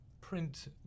print